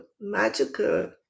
magical